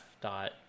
dot